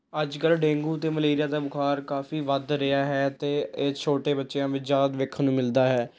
ਅੱਜ ਕੱਲ੍ਹ ਡੇਂਗੂ ਅਤੇ ਮਲੇਰੀਆ ਦਾ ਬੁਖਾਰ ਕਾਫੀ ਵੱਧ ਰਿਹਾ ਹੈ ਅਤੇ ਇਹ ਛੋਟੇ ਬੱਚਿਆਂ ਵਿੱਚ ਜ਼ਿਆਦਾ ਵੇਖਣ ਨੂੰ ਮਿਲਦਾ ਹੈ